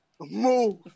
move